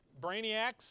brainiacs